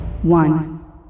One